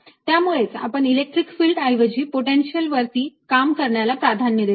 त्यामुळेच आपण electric field ऐवजी पोटेन्शियल वरती काम करण्याला प्राधान्य देतो